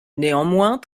néanmoins